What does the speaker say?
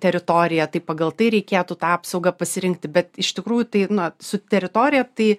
teritoriją tai pagal tai reikėtų tą apsaugą pasirinkti bet iš tikrųjų tai nu su teritorija tai